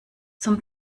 zum